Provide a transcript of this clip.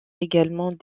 également